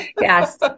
Yes